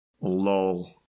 Lol